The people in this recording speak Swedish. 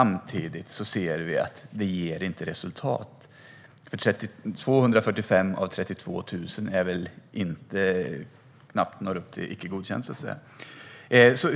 Men vi ser samtidigt att det inte ger resultat. 245 av 32 000 når väl knappt upp till godkänt?